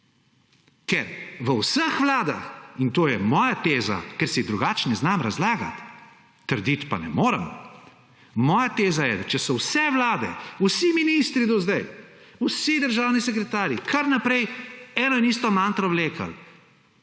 uradniki delajo. To je moja teza, ker si drugače ne znam razlagati, trditi pa ne morem. Moja teza je, da če so vse vlade, vsi ministri do zdaj, vsi državni sekretarji kar naprej eno in isto mantro vlekli,